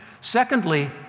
Secondly